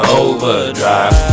overdrive